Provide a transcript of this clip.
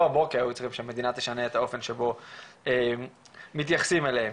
בבוקר צריכים שהמדינה תשנה את האופן שבו מתייחסים אליהם.